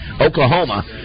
Oklahoma